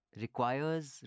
requires